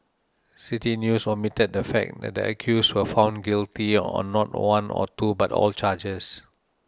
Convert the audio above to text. City News omitted the fact that the accused were found guilty on not one or two but all charges